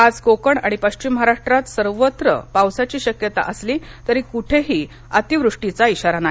आज कोकण आणि पश्चिम महाराष्ट्रात सर्वत्र पावसाची शक्यता असली तरी कुठेही अती वृष्टीचा इशारा नाही